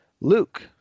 Luke